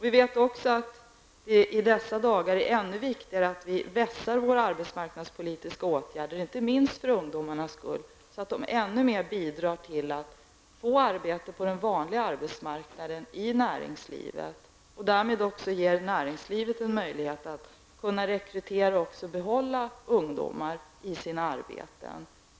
Vi vet också att det i dessa dagar är ännu viktigare att vi vässar våra arbetsmarknadspolitiska åtgärder, inte minst för ungdomarnas skull, så att de ännu mer bidrar till att ge ungdomarna arbete på den reguljära arbetsmarknaden i näringslivet. Därmed ges också näringslivet en möjlighet att rekrytera och behålla ungdomar i arbete.